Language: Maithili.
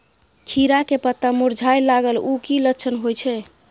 खीरा के पत्ता मुरझाय लागल उ कि लक्षण होय छै?